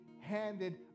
handed